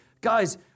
guys